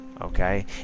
okay